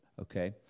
okay